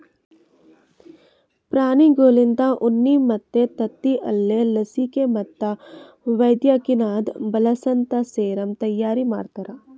ಪ್ರಾಣಿಗೊಳ್ಲಿಂತ ಉಣ್ಣಿ ಮತ್ತ್ ತತ್ತಿ ಅಲ್ದೇ ಲಸಿಕೆ ಮತ್ತ್ ವೈದ್ಯಕಿನಾಗ್ ಬಳಸಂತಾ ಸೆರಮ್ ತೈಯಾರಿ ಮಾಡ್ತಾರ